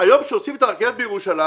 היום כשעושים את הרכבת בירושלים